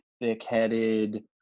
thick-headed